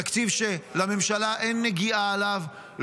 תקציב שלממשלה אין נגיעה בו.